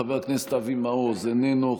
חבר הכנסת אבי מעוז, איננו.